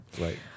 Right